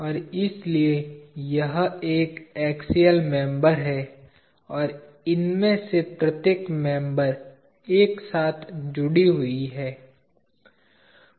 और इसलिए यह एक एक्सियल मेंबर है और इनमें से प्रत्येक मेंबर एक साथ जुडी हुई हैं